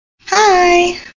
Hi